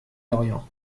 lorient